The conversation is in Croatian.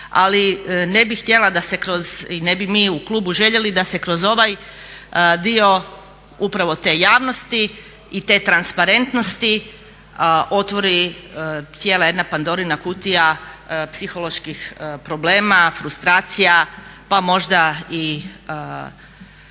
ali ne bih htjela da se kroz i ne bi mi u klubu željeli da se kroz ovaj dio upravo te javnosti i te transparentnosti otvori cijela jedna pandorina kutija psiholoških problema, frustracija, pa možda i